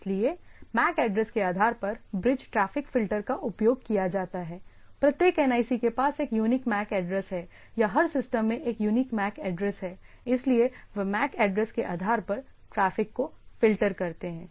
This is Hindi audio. इसलिए मैक एड्रेस के आधार पर ब्रिज ट्रैफ़िक फ़िल्टर का उपयोग किया जाता है प्रत्येक NIC के पास एक यूनिक मैक ऐड्रेस है या हर सिस्टम में एक यूनिक मैक ऐड्रेस है इसलिए वे मैक ऐड्रेस के आधार पर ट्रैफिक को फ़िल्टर करते हैं